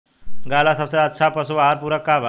गाय ला सबसे अच्छा पशु आहार पूरक का बा?